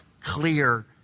clear